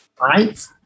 Right